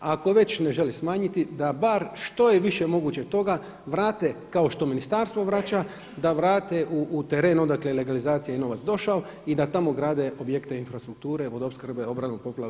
A ako već ne želi smanjiti da bar što je više moguće toga vrate kao što ministarstvo vraća da vrate u teren odakle je legalizacija i novac došao i da tamo grade objekte, infrastrukture, vodoopskrbe, obranu od poplava i slično.